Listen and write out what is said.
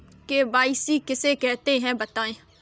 KYC किसे कहते हैं बताएँ?